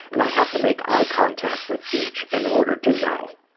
and i have to make eye contact with each in order to know.